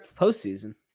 postseason